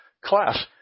class